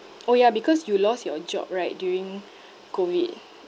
orh ya because you lost your job right during COVID